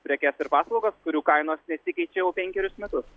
prekes ir paslaugas kurių kainos nesikeičia jau penkerius metus